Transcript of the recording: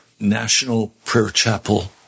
NationalPrayerchapel